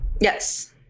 Yes